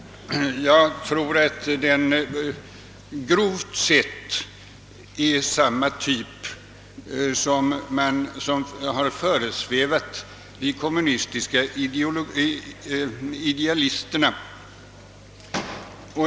Jag tror att den grovt sett är samma typ som har föresvävat de kommunistiska idealisterna.